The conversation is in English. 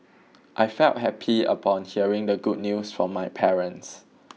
I felt happy upon hearing the good news from my parents